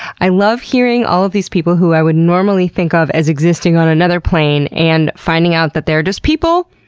i love hearing all of these people who i would normally think of as existing on another plane, and finding out that they're just people,